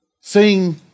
seeing